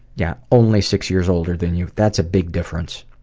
yeah, only six years older than you. that's a big difference.